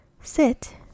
sit